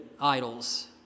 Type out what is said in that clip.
idols